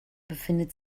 befindet